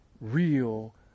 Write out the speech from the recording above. real